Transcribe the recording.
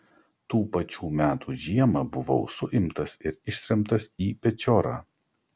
tų pačių metų žiemą buvau suimtas ir ištremtas į pečiorą